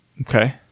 Okay